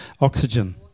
oxygen